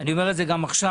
ואני אומר את זה גם עכשיו,